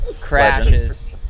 Crashes